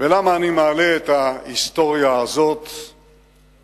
ולמה אני מעלה את ההיסטוריה הזאת היום?